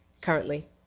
Currently